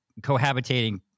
cohabitating